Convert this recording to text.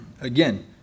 Again